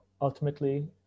ultimately